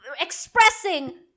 expressing